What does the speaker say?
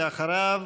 אחריו,